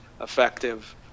effective